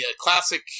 classic